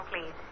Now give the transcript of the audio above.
please